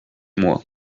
moi